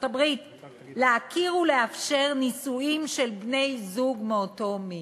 בארצות-הברית להכיר ולאפשר נישואים של בני-זוג מאותו מין.